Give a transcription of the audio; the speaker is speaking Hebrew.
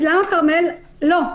אז למה כרמל לא?